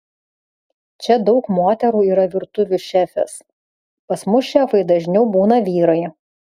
čia daug moterų yra virtuvių šefės pas mus šefai dažniau būna vyrai